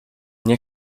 nie